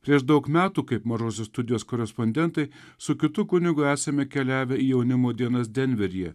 prieš daug metų kaip mažosios studijos korespondentai su kitu kunigu esame keliavę į jaunimo dienas denveryje